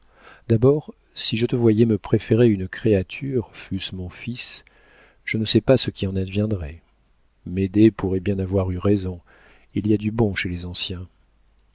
d'abord si je te voyais me préférer une créature fût-ce mon fils je ne sais pas ce qui en adviendrait médée pourrait bien avoir eu raison il y a du bon chez les anciens